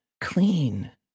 clean